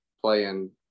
playing